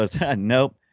nope